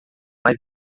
mas